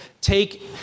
take